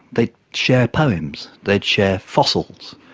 they'd share poems, they'd share fossils,